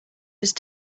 just